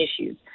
issues